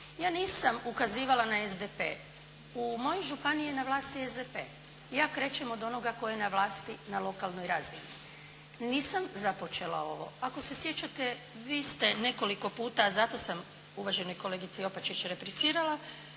Ja nisam ukazivala na SDP. U mojoj županiji je na vlasti SDP, ja krećem od onoga tko je na vlasti na lokalnoj razini. Nisam započela ovo. Ako se sjećate vi ste nekoliko puta, zato sam uvaženoj kolegici Opačić replicirala,